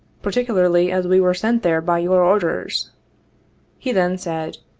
particularly as we were sent there by your orders he then said,